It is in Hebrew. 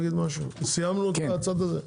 סיימנו את הצד הזה?